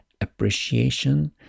appreciation